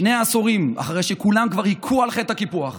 שני עשורים אחרי שכולם כבר הכו על חטא הקיפוח